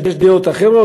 יש דעות אחרות.